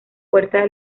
puerta